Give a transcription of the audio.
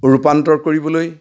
ৰূপান্তৰ কৰিবলৈ